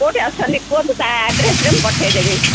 କୋଉଠି ଅଛନ୍ତି କୁହନ୍ତୁ ତା ଆଡ୍ରେସ୍ରେ ମୁଁ ପଠେଇଦେବି